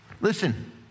Listen